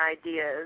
ideas